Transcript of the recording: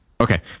okay